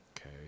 okay